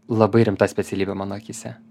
labai rimta specialybė mano akyse